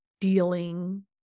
Dealing